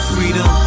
Freedom